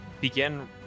begin